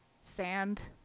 sand